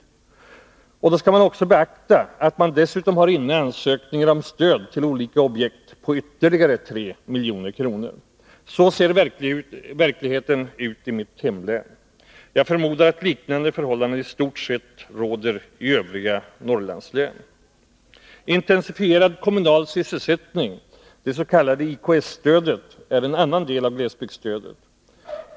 Då skall det beaktas att man dessutom har inne ansökningar om stöd till olika objekt på ytterligare 3 miljoner. Så ser verkligheten ut i mitt hemlän. Jag förmodar att i stort sett liknande förhållanden råder i övriga Norrlandslän. Intensifierad kommunal sysselsättning, det s.k. IKS-stödet, är en annan del av glesbygdsstödet.